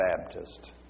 Baptist